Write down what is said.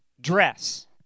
dress